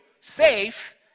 safe